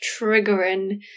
triggering